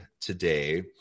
today